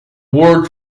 world